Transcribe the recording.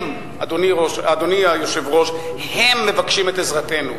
הם, אדוני היושב-ראש, מבקשים את עזרתנו.